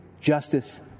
justice